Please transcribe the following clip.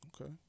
okay